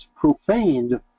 profaned